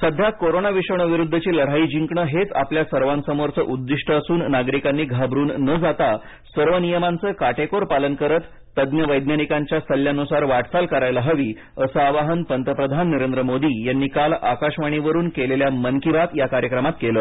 सध्या कोरोना विषाणूविरुद्धची लढाई जिंकण हेच आपल्या सर्वसमोरच उद्दिष्ट असून नागरिकांनी घाबरून न जाता सर्व नियमांच काटेकोर पालन करत तज्ज्ञ वैज्ञानिकांच्या सल्ल्यानुसार वाटचाल करायला हवी असं आवाहन पंतप्रधान नरेंद्र मोदी यांनी काल आकाशवाणीवरून केलेल्या मन की बात या कार्यक्रमात केलं